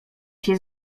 się